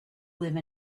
live